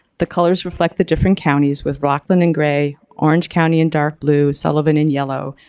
the colors reflect the different counties with rockland in gray, orange county in dark blue, sullivan in yellow,